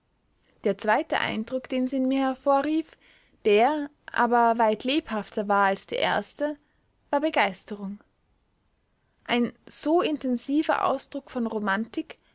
der zweite eindruck den sie in mir hervorrief der aber weit lebhafter war als der erste war begeisterung ein so intensiver ausdruck von romantik